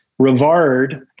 Rivard